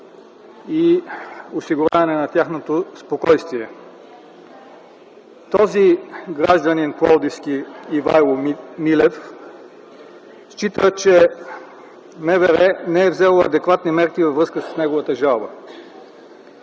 и осигуряване на тяхното спокойствие. Този пловдивски гражданин Ивайло Милев счита, че МВР не е взело адекватни мерки във връзка с неговата жалба.